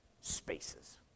spaces